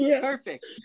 perfect